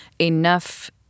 enough